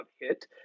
hit